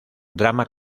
drama